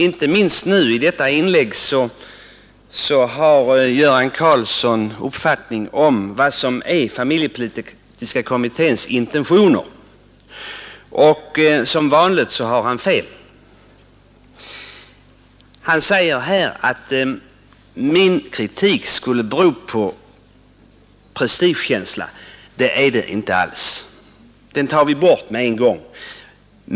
I sitt inlägg här har herr Karlsson uttryckt en uppfattning om vad som är familjepolitiska kommitténs intentioner. Som vanligt har han fel. Han sade att min kritik skulle bero på prestigekänsla. Nej, det gör den inte alls. Den tar vi bort med en gång.